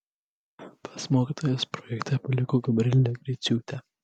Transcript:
pats mokytojas projekte paliko gabrielę griciūtę